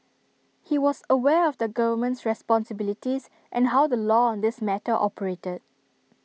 he was aware of the government's responsibilities and how the law on this matter operated